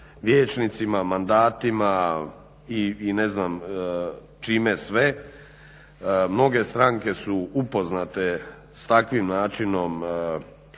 vijećnicima, mandatima i ne znam čime sve. Mnoge stranke su upoznate s takvim načinom